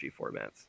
formats